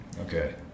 okay